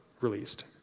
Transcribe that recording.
released